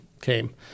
came